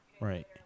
Right